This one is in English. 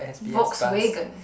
Volkswagen